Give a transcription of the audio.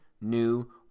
new